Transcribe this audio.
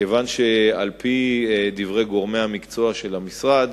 כיוון שעל-פי דברי גורמי המקצוע של המשרד,